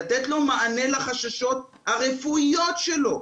לתת לו מענה לחששות הרפואיים שלו,